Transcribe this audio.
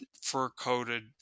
fur-coated